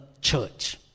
church